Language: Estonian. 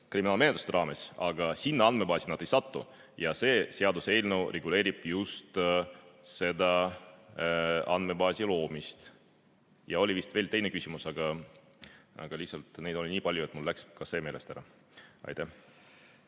kriminaalmenetluste raames, aga sinna andmebaasi see ei satu. See seaduseelnõu reguleerib just andmebaasi loomist. Oli vist veel teine küsimus, aga lihtsalt neid oli nii palju, et mul läks see meelest ära. Aitäh!